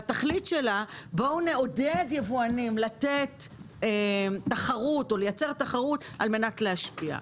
והתכלית שלה: בואו נעודד יבואנים לייצר תחרות על מנת להשפיע.